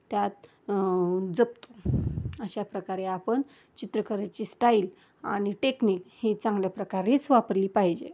त्यात जपतो अशा प्रकारे आपण चित्रकलेची स्टाईल आणि टेक्निक ही चांगल्या प्रकारेच वापरली पाहिजे